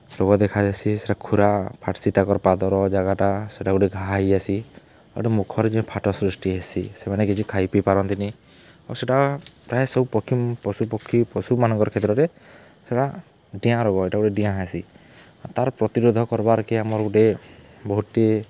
ରୋଗ ଦେଖାଦେସି ସେଟା ଖୁରା ଫାଟ୍ସି ତାକର୍ ପାଦର ଜାଗାଟା ସେଟା ଗୁଟେ ଘା' ହେଇଯାଏସି ଆଉ ଗୁଟେ ମୁଖରେ ଯଁ ଫାଟ ସୃଷ୍ଟି ହେସି ସେମାନେ କିଛି ଖାଇ ପିଇ ପାରନ୍ତିନି ଆଉ ସେଟା ପ୍ରାୟ ସବୁ ପକ୍ଷୀ ପଶୁପକ୍ଷୀ ପଶୁମାନଙ୍କର କ୍ଷେତ୍ରରେ ସେଟା ଡିଆଁ ରୋଗ ଇଟା ଗୁଟେ ଡିଆଁ ହେସି ତାର୍ ପ୍ରତିରୋଧ କର୍ବାର୍କେ ଆମର୍ ଗୁଟେ ବହୁତ୍ଟେ